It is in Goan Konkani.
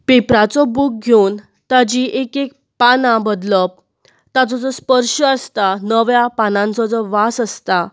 पेपराचो बूक घेवन ताचीं एक एक पानां बदलप ताचो जो स्पर्श आसता नव्या पानांचो जो वास आसता